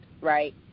right